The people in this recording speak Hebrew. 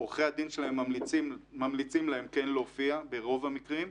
עורכי הדין שלהם ממליצים להם כן להופיע ברוב המקרים.